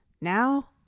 Now